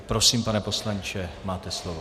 Prosím, pane poslanče, máte slovo.